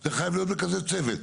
זה חייב להיות בכזה צוות.